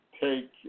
take